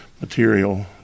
material